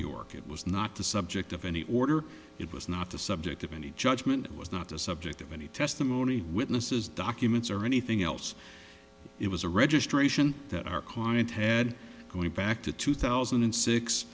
york it was not the subject of any order it was not the subject of any judgement it was not a subject of any testimony witnesses documents or anything else it was a registration that our client had going back to two thousand and six